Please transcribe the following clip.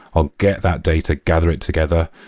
i'll get that data, gather together.